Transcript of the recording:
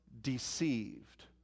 deceived